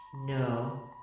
No